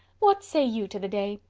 what say you to the day?